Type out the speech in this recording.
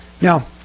Now